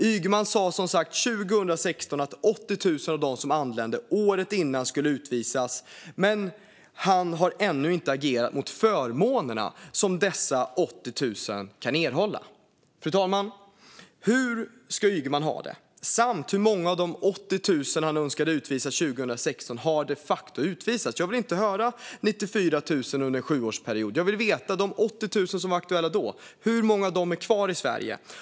Ygeman sa, som sagt, 2016 att 80 000 av dem som anlände året innan skulle utvisas, men han har ännu inte agerat mot de förmåner som dessa 80 000 kan erhålla. Fru talman! Hur ska Ygeman ha det? Hur många av de 80 000 han önskade utvisa 2016 har de facto utvisats? Jag vill inte höra om 94 000 under en sjuårsperiod. Jag vill veta hur många av de 80 000 som var aktuella då som är kvar i Sverige.